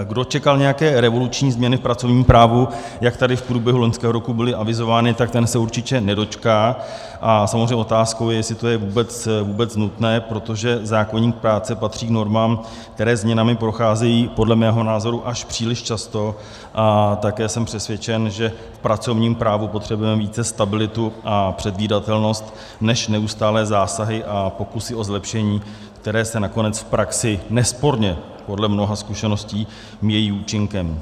Kdo čekal nějaké revoluční změny v pracovním právu, jak tady v průběhu loňského roku byly avizovány, tak ten se určitě nedočká a samozřejmě otázkou je, jestli to je vůbec nutné, protože zákoník práce patří k normám, které změnami procházejí podle mého názoru až příliš často, a také jsem přesvědčen, že v pracovním právu potřebujeme více stabilitu a předvídatelnost než neustálé zásahy a pokusy o zlepšení, které se nakonec v praxi nesporně, podle mnoha zkušeností, míjejí účinkem.